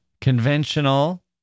conventional